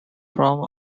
from